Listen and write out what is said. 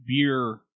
beer